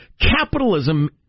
Capitalism